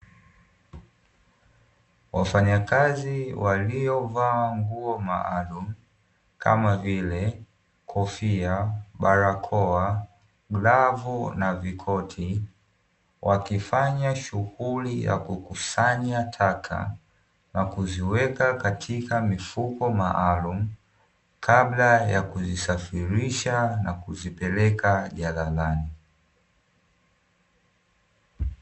Wafanyakazi waliovaa nguo maalumu, kama vile: kofia, barakoa, glavu na vikoti; wakifanya shughuli ya kukusanya taka na kuziweka katika mifuko maalumu, kabla ya kuzisafirisha na kuzipeleka jalalani.